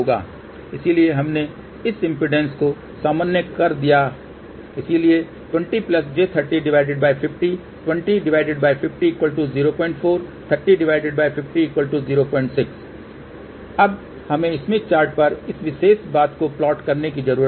इसलिए हमने इस इम्पीडेन्स को सामान्य कर दिया इसलिए 20j3050 205004 305006 अब हमें स्मिथ चार्ट पर इस विशेष बात को प्लाट करने की जरूरत है